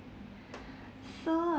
so